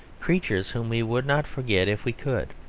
creatures whom we would not forget if we could,